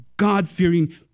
God-fearing